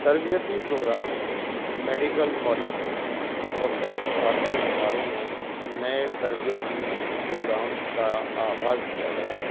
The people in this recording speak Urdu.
تربیتی پروگرام میڈیکل کالجس اور تحقیقاتی اداروں میں نئے تربیتی پروگرامس کا آغاز کیا گیا ہے